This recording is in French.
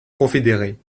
confédérés